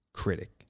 critic